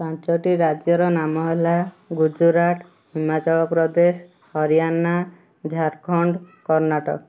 ପାଞ୍ଚଟି ରାଜ୍ୟର ନାମ ହେଲା ଗୁଜୁରାଟ ହିମାଚଳ ପ୍ରଦେଶ ହରିୟାଣା ଝାଡ଼ଖଣ୍ଡ କର୍ଣ୍ଣାଟକ